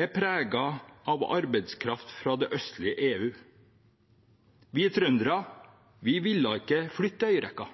er preget av arbeidskraft fra det østlige EU. Vi trøndere ville ikke flytte til øyrekka,